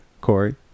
Corey